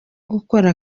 gukora